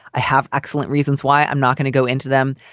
i have excellent reasons why i'm not going to go into them.